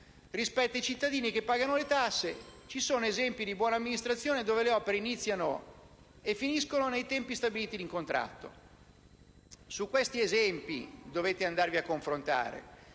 rispetta i cittadini che pagano le tasse. Ci sono esempi di buona amministrazione dove le opere iniziano e finiscono nei tempi stabiliti da contratto: con questi esempi dovete confrontarvi.